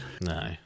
No